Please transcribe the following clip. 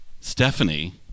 Stephanie